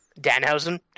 Danhausen